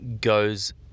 goes